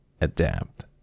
adapt